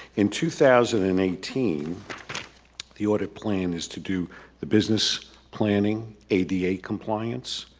in two thousand and eighteen the audit plan is to do the business planning ada compliance,